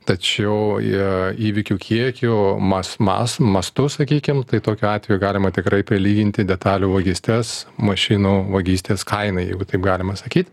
tačiau jie įvykių kiekiu mas mas mastu sakykim tai tokiu atveju galima tikrai prilyginti detalių vagystes mašinų vagystės kaina jeigu taip galima sakyt